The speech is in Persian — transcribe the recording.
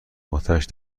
آتش